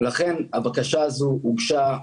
לכן הבקשה הזאת הוגשה,